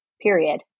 period